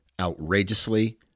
outrageously